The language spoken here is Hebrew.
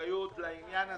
אחריות לעניין הזה.